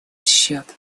счет